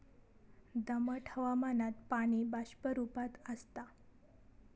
दमट हवामानात पाणी बाष्प रूपात आसता